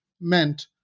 meant